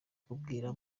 kubwira